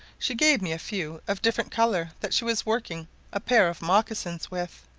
she gave me a few of different colour that she was working a pair of mocassins with,